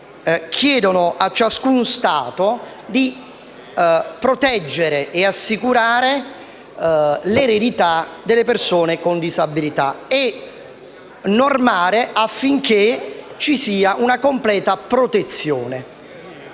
chiedono a ciascuno Stato di proteggere, assicurare l'eredità delle persone con disabilità e di normare affinché ci sia una completa protezione.